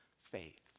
faith